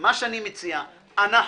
אני מציע שאנחנו,